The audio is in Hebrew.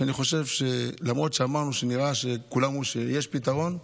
שאני חושב שלמרות שכולם אמרו שנראה שיש פתרון,